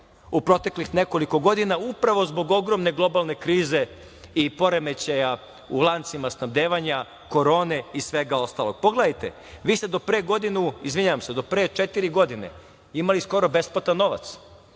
u proteklih nekoliko godina upravo zbog ogromne globalne krize i poremećaja u lancima snabdevanja, korone i svega ostalog. Pogledajte, vi ste do pre godinu, izvinjavam se do pre četiri godine imali skoro besplatan novac.